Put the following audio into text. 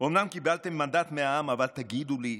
אומנם קיבלתם מנדט מהעם, אבל תגיד לי,